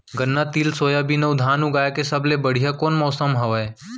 गन्ना, तिल, सोयाबीन अऊ धान उगाए के सबले बढ़िया कोन मौसम हवये?